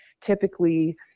typically